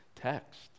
text